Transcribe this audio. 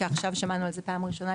שעכשיו שמענו על זה פעם ראשונה,